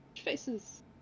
Faces